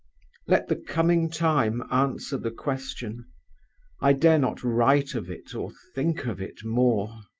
let the coming time answer the question i dare not write of it or think of it more.